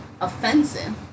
offensive